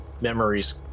memories